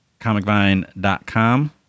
comicvine.com